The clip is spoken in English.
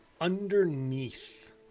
Underneath